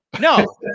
No